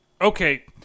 Okay